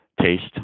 taste